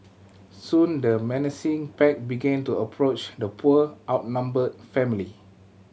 soon the menacing pack began to approach the poor outnumbered family